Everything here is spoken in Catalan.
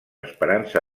esperança